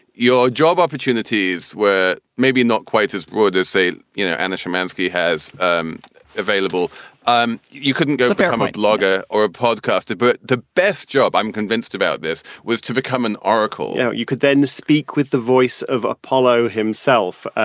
your job opportunities were maybe not quite as good as, say, you know, anna szymanski has um available um you couldn't get a fair amount um like lugger or a podcast of but the best job. i'm convinced about this was to become an oracle yeah you could then speak with the voice of apollo himself.